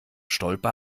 stolpe